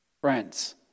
friends